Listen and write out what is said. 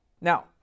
Now